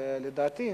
לדעתי,